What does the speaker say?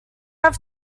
have